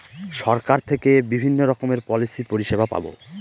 সরকার থেকে বিভিন্ন রকমের পলিসি পরিষেবা পাবো